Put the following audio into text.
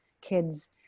kids